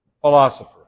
philosopher